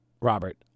Robert